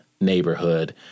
neighborhood